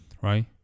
Right